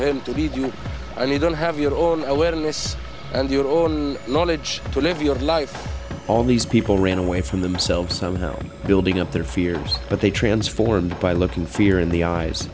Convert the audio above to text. and you don't have your own awareness and your knowledge to live your life all these people ran away from themselves somehow building up their fears but they transformed by looking fear in the eyes